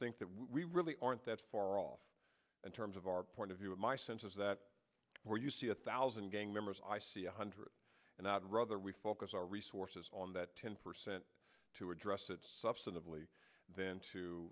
think that we really aren't that far off in terms of our point of view and my sense is that where you see a thousand gang members i see a hundred and i'd rather we focus our resources on that ten percent to address that substantively then